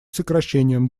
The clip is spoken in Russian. сокращением